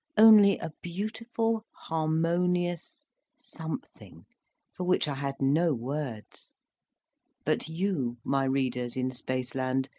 only a beautiful harmonious something for which i had no words but you, my readers in spaceland,